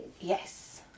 Yes